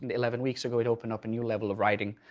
and eleven weeks ago, it opened up a new level of writing.